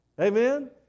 Amen